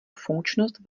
funkčnost